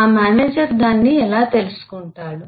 ఆ మేనేజర్ దానిని ఎలా తెలుసుకుంటాడు